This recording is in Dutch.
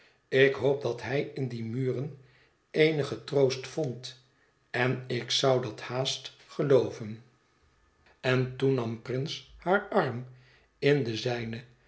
ik hoop dat hij in die muren eenigen troost vond en ik zou dat haast gelooven en toen nam prince haar arm in den zijnen